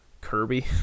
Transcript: Kirby